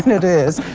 it is,